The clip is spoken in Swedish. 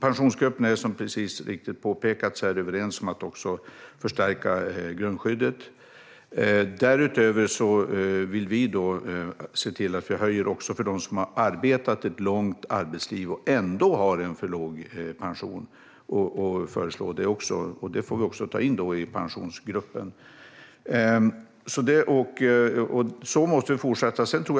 Pensionsgruppen är precis som har påpekats överens om att vi också ska förstärka grundskyddet. Därutöver vill vi se till att höja, också för dem som har arbetat ett långt arbetsliv och som ändå har för låg pension. Det föreslår vi också, och det får vi ta in i Pensionsgruppen. Vi måste fortsätta på det sättet.